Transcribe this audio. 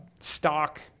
stock